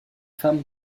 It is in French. femme